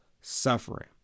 suffering